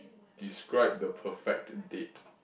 describe the perfect date